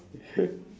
shit